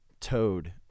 Toad